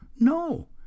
No